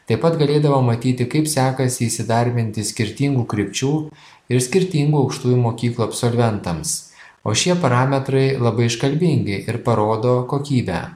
taip pat galėdavo matyti kaip sekasi įsidarbinti skirtingų krypčių ir skirtingų aukštųjų mokyklų absolventams o šie parametrai labai iškalbingi ir parodo kokybę